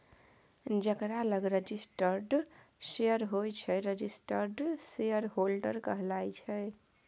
जकरा लग registered share होइ छै रजिस्टर्ड शेयरहोल्डर कहाइ छै